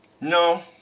No